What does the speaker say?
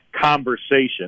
conversation